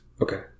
Okay